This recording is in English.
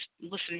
listening